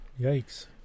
Yikes